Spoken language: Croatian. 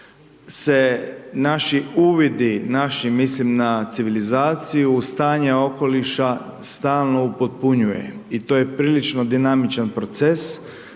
se naši uvidi, naši, mislim na civilizaciju, stanje okoliša, stalno upotpunjuje. I to je prilično dinamičan proces,